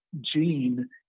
gene